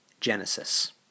Genesis